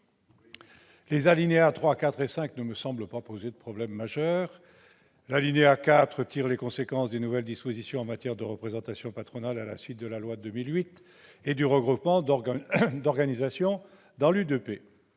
alinéas ne me semblent pas poser de problème majeur. Le quatrième alinéa tire les conséquences des nouvelles dispositions en matière de représentation patronale à la suite de la loi de 2008 et du regroupement d'organisations dans l'U2P,